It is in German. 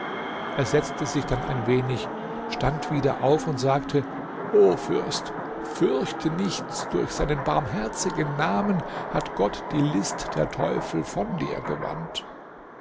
er setzte sich dann ein wenig stand wieder auf und sagte o fürst fürchte nichts durch seinen barmherzigen namen hat gott die list der teufel von dir gewandt